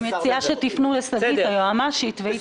אני מציעה שתפנו לשגית היועמ"שית, והיא תגיד.